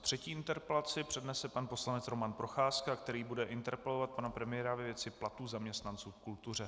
Třetí interpelaci přednese pan poslanec Roman Procházka, který bude interpelovat pana premiéra ve věci platů zaměstnanců v kultuře.